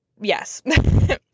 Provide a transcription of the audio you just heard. Yes